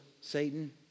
Satan